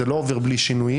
וזה לא עובר בלי שינויים.